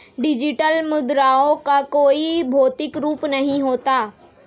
digital मुद्राओं का कोई भौतिक रूप नहीं होता